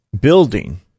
building